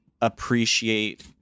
appreciate